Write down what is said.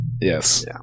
Yes